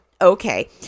okay